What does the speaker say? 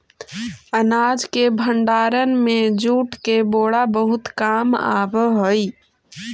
अनाज के भण्डारण में जूट के बोरा बहुत काम आवऽ हइ